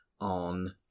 on